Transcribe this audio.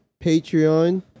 patreon